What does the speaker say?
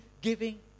giving